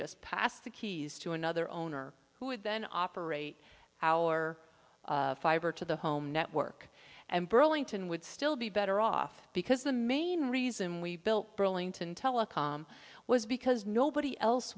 just pass the keys to another owner who would then operate our fiber to the home network and burlington would still be better off because the main reason we built burlington telecom was because nobody else